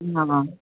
आं